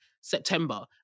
September